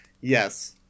Yes